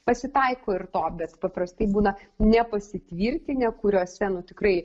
pasitaiko ir to bet paprastai būna nepasitvirtinę kuriuose nu tikrai